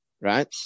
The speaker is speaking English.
right